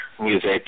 music